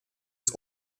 des